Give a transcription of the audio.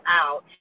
out